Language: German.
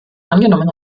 angenommen